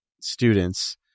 students